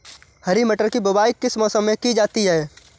हरी मटर की बुवाई किस मौसम में की जाती है?